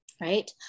right